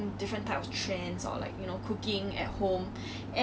我觉得你的 editing skills is really not bad